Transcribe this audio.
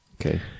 Okay